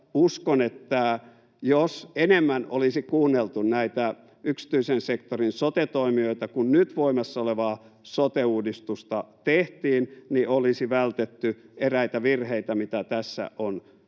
uskon, että jos enemmän olisi kuunneltu näitä yksityisen sektorin sote-toimijoita, kun nyt voimassa olevaa sote-uudistusta tehtiin, niin olisi vältetty eräitä virheitä, mitä tässä on tehty,